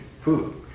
food